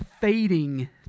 fading